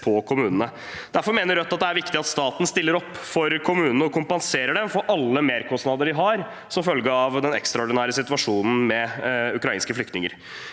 Derfor mener Rødt at det er viktig at staten stiller opp for kommunene og kompenserer dem for alle merkostnader de har som følge av den ekstraordinære situasjonen med ukrainske flyktninger.